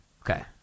Okay